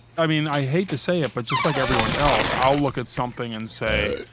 i mean, i hate to say it, but just like everyone else, i'll look at something and say,